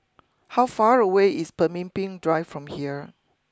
how far away is Pemimpin Drive from here